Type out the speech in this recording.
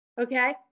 Okay